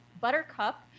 Buttercup